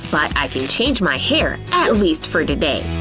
but i can change my hair, at least for today.